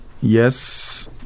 yes